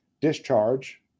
discharge